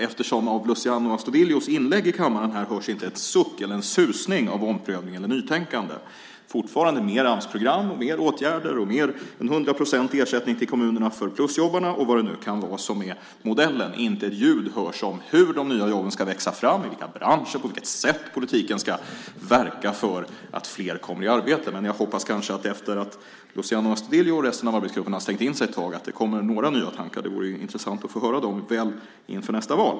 Det finns i Luciano Astudillos inlägg i kammaren inte en suck eller susning av omprövning eller nytänkande. Fortfarande är modellen fler Amsprogram, fler åtgärder, mer än hundra procents ersättning till kommunerna för plusjobbarna och allt vad det kan vara. Inte ett ljud hörs om hur de nya jobben ska växa fram och i vilka branscher eller på vilket sätt politiken ska verka så att fler kommer i arbete. Men jag hoppas att det kommer en del nya tankar efter att Luciano Astudillo och resten av arbetsgruppen stängt in sig ett tag. Det vore intressant att få höra dem inför nästa val.